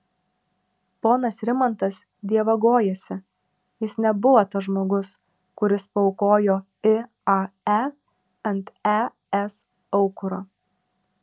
ponas rimantas dievagojasi jis nebuvo tas žmogus kuris paaukojo iae ant es aukuro